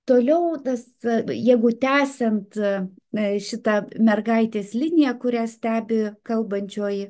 toliau tas jeigu tęsiant na šitą mergaitės liniją kurią stebi kalbančioji